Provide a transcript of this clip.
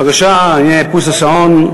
בבקשה, הנה איפוס השעון.